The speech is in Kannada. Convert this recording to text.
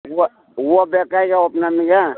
ಹೂವ ಹೂವ ಬೇಕಾಗ್ಯಾವಪ್ಪ ನನಗೆ